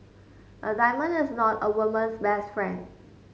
a diamond is not a woman's best friend